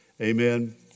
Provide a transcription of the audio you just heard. Amen